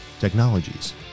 technologies